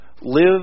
Live